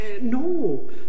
No